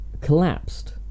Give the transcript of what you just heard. collapsed